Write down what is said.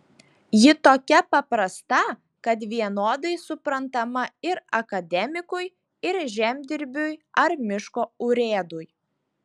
ji tokia paprasta kad vienodai suprantama ir akademikui ir žemdirbiui ar miško urėdui